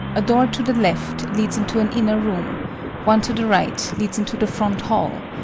a door to the left leads into an inner room one to the right leads into the front hall,